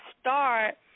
start